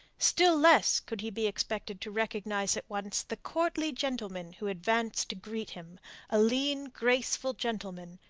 still less could he be expected to recognize at once the courtly gentleman who advanced to greet him a lean, graceful gentleman,